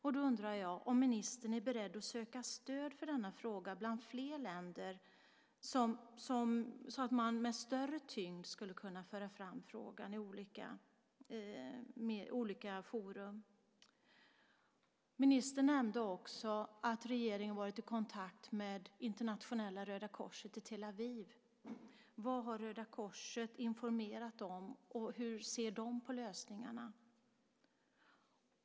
Jag undrar om ministern är beredd att söka stöd för denna fråga bland fler länder så att man med större tyngd skulle kunna föra fram frågan i olika forum. Ministern nämnde också att regeringen varit i kontakt med Internationella Röda Korset i Tel Aviv. Vad har Röda Korset informerat om, och hur ser man på lösningarna?